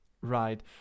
right